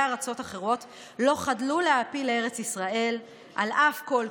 ארצות אחרות לא חדלו להעפיל לארץ ישראל על אף כל קושי,